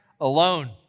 alone